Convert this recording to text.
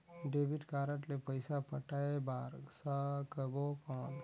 Debit card ले पइसा पटाय बार सकबो कौन?